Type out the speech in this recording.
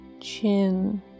Chin